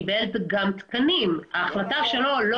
לא, לא